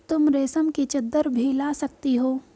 तुम रेशम की चद्दर भी ला सकती हो